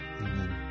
Amen